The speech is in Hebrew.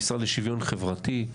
המשרד לשוויון חברתי,